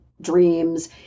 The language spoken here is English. dreams